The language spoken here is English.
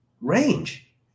range